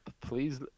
please